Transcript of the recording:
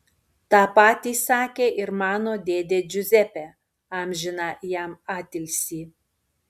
tą patį sakė ir mano dėdė džiuzepė amžiną jam atilsį